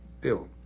bill